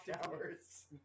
showers